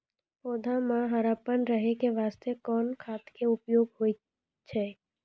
पौधा म हरापन रहै के बास्ते कोन खाद के उपयोग होय छै?